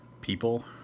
people